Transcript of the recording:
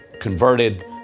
converted